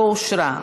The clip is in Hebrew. נא להצביע.